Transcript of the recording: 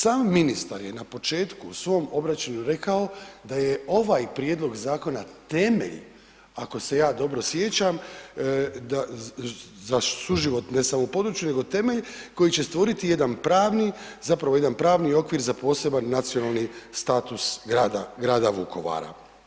Sam ministar je na početku u svom obraćanju rekao da je ovaj prijedlog zakona temelj, ako se ja dobro sjećam, za suživot ne samo u području, nego temelj koji će stvoriti jedan pravni, zapravo jedan pravni okvir za poseban nacionalni status grada, grada Vukovara.